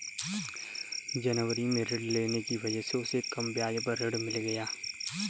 जनवरी में ऋण लेने की वजह से उसे कम ब्याज पर ऋण मिल गया